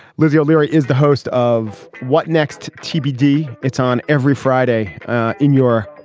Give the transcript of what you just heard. lizzie o'leary is the host of what next tbd. it's on every friday in your.